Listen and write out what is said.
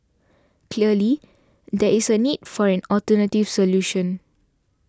clearly there is a need for an alternative solution